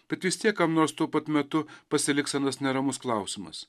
bet vis tiek kam nors tuo pat metu pasiliks anas neramus klausimas